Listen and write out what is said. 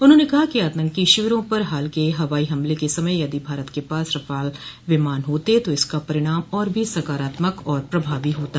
उन्होंने कहा कि आतंकी शिविरों पर हाल के हवाई हमले के समय यदि भारत के पास रफाल विमान होते तो इसका परिणाम और भी सकारात्मक और प्रभावी होता